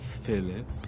Philip